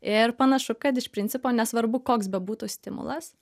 ir panašu kad iš principo nesvarbu koks bebūtų stimulas